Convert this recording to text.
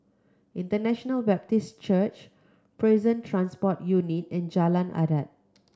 International Baptist Church Prison Transport Unit and Jalan Adat